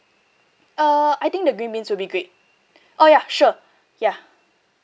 err I think the green beans would be great oh ya sure ya